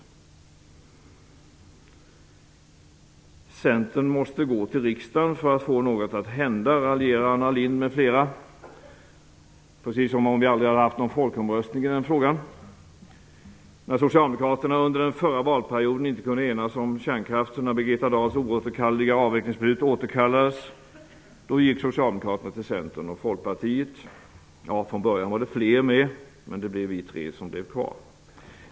Centern måste gå till riksdagen för att få något att hända, raljerar Anna Lindh med flera, precis som om vi aldrig hade haft någon folkomröstning i frågan. När socialdemokraterna under den förra valperioden inte kunde enas om kärnkraften och när Birgitta Dahls oåterkalleliga avvecklingsbeslut återkallades, då gick socialdemokraterna till Centern och Folkpartiet. Från början var det flera med, men det blev vi tre som blev kvar.